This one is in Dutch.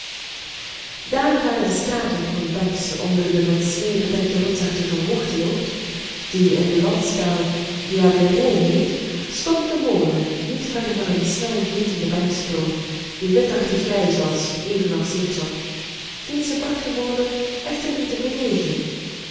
daar waar de straatweg van bex onder de met sneeuw bedekte rotsachtige hoogte loopt die in de landstaal diablerets heet stond de molen niet ver van een snelvlietenden bergstroom die witachtig grijs was evenals zeepsop deze bracht den molen echter niet in beweging